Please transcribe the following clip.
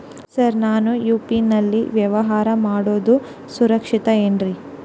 Sir ನಾನು UPI ನಲ್ಲಿ ವ್ಯವಹಾರ ಮಾಡೋದು ಸುರಕ್ಷಿತ ಏನ್ರಿ?